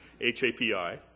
H-A-P-I